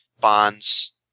Bond's